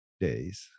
days